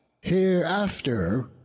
hereafter